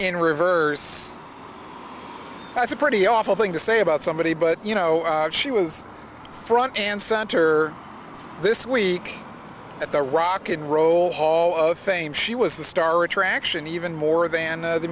in reverse that's a pretty awful thing to say about somebody but you know she was front and center this week at the rock n roll hall of fame she was the star attraction even more than